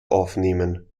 aufnehmen